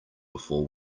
before